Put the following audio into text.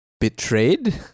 betrayed